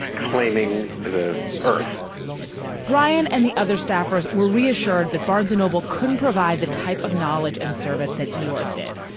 claiming the earth brian and the other staffers were reassured that barnes noble couldn't provide the type of knowledge and service that yours did,